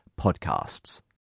podcasts